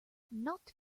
not